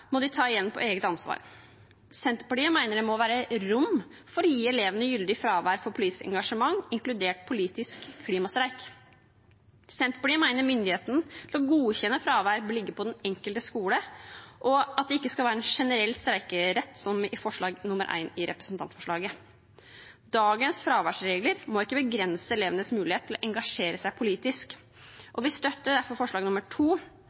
må de ta igjen på eget ansvar. Senterpartiet mener det må være rom for å gi elevene gyldig fravær for politisk engasjement, inkludert politisk klimastreik. Senterpartiet mener myndigheten til å godkjenne fravær bør ligge til den enkelte skole, og at det ikke skal være en generell streikerett, som i forslag 1 i representantforslaget. Dagens fraværsregler må ikke begrense elevenes mulighet til å engasjere seg politisk, og vi støtter derfor forslag